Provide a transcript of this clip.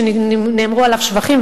שנאמרו עליו שבחים,